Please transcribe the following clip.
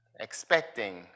Expecting